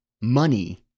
Money